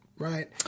Right